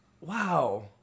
Wow